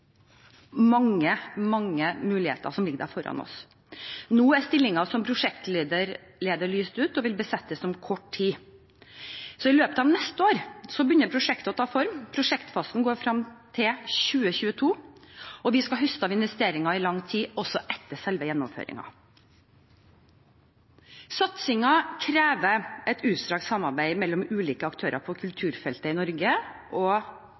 mange muligheter som ligger der foran oss. Nå er stillingen som prosjektleder lyst ut og vil besettes om kort tid. Så i løpet av neste år begynner prosjektet å ta form, prosjektfasen går frem til 2022, og vi skal høste av investeringen i lang tid også etter selve gjennomføringen. Satsingen krever et utstrakt samarbeid mellom ulike aktører på kulturfeltet i Norge og